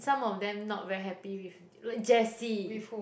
some of them not very happy with like Jessie